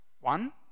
One